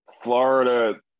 Florida